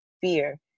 fear